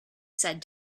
said